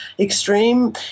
extreme